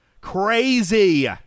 Crazy